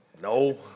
No